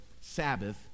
Sabbath